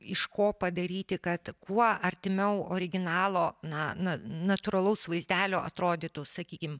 iš ko padaryti kad kuo artimiau originalo na na natūralaus vaizdelio atrodytų sakykim